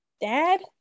dad